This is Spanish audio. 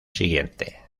siguiente